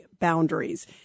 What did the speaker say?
boundaries